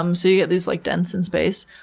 um so you get these, like, dents in space.